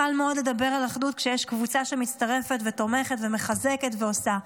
קל מאוד לדבר על אחדות כשיש קבוצה שמצטרפת ותומכת ומחזקת ועושה.